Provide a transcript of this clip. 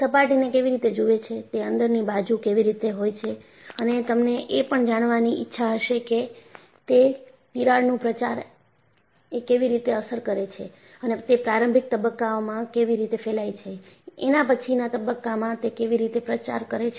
તે સપાટી ને કેવી રીતે જુએ છે તે અંદરની બાજુ કેવી રીતે હોય છે અને તમને એ પણ જાણવાની ઈચ્છા હશે કે તે તિરાડનું પ્રચાર એ કેવી રીતે અસર કરે છે અને તે પ્રારંભિક તબક્કામાં કેવી રીતે ફેલાય છે એના પછીના તબક્કામાં તે કેવી રીતે પ્રચાર કરે છે